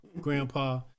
Grandpa